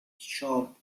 shop